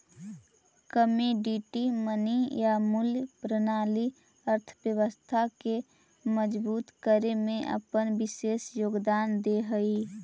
commodity money या मूल्य प्रणाली अर्थव्यवस्था के मजबूत करे में अपन विशेष योगदान दे हई